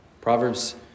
proverbs